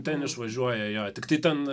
ten išvažiuoja jo tiktai ten